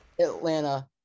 Atlanta